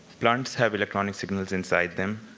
plants have electronic signals inside them,